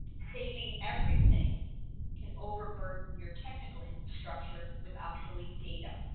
saving everything can overburden your technical infrastructure with obsolete data